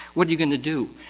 what you going to do?